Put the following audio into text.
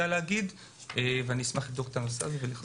להגיד ואני אשמח לבדוק את הנושא ולחזור אליכם.